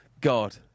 God